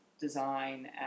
design